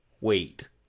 wait